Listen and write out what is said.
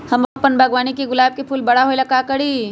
हम अपना बागवानी के गुलाब के फूल बारा होय ला का करी?